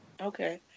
okay